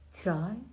try